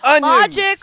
logic